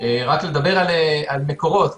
אדבר רק על מקורות,